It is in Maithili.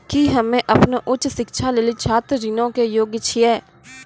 कि हम्मे अपनो उच्च शिक्षा लेली छात्र ऋणो के योग्य छियै?